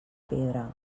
pedra